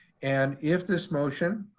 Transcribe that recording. and if this motion